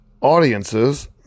audiences